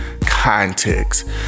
Context